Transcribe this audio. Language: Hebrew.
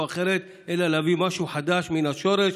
או אחרת אלא להביא משהו חדש מן השורש,